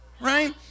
right